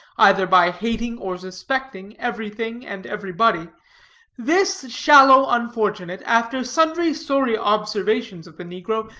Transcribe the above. either by hating or suspecting everything and everybody this shallow unfortunate, after sundry sorry observations of the negro,